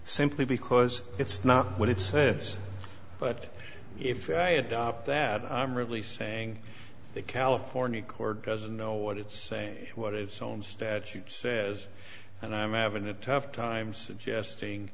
simply because it's not what it says but if i adopt that i'm really saying the california court doesn't know what it's saying what its own statute says and i'm having a tough time suggesting